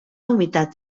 humitat